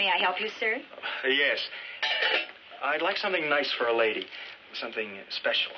say i help you sir yes i'd like something nice for a lady something special